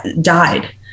died